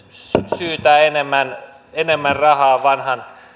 syytää enemmän enemmän rahaa vanhan